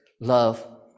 love